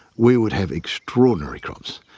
we would have extraordinary crops,